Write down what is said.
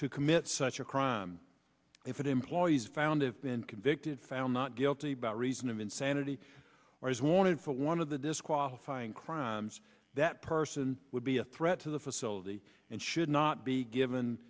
to commit such a crime if it employees found to have been convicted found not guilty by reason of insanity or is wanted for one of the disqualifying crimes that person would be a threat to the facility and should not be given